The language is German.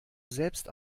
selbst